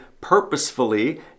purposefully